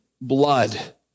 blood